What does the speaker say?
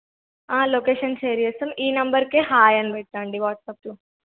location share చేస్తాం ఈ నెంబర్కు హాయ్ అని పెట్టండి వాట్సాప్లో